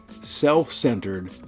self-centered